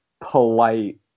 polite